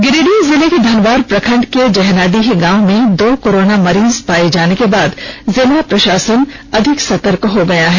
गिरिडीह जिले के धनवार प्रखंड के जहनाडीह गांव में दो कोरोना मरीज पाए जाने के बाद जिला प्रशासन अधिक सतर्क हो गया है